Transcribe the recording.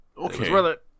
Okay